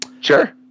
Sure